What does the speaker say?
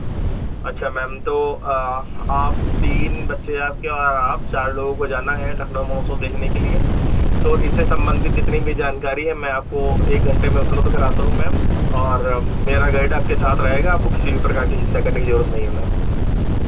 अच्छा मैम तो आप तीन बच्चे आपके और आप चार लोगों को जाना है लखनऊ महोत्सव देखने के लिए तो इससे सम्बन्धित जितनी भी जानकारी है मैं आपको एक घंटे में उपलब्ध कराता हूँ मैम और मेरा गाइड आपके साथ रहेगा आपको किसी भी प्रकार की चिंता करने की ज़रूरत नहीं है मैम